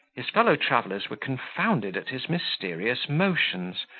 his fellow-travellers were confounded at his mysterious motions,